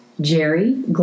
Jerry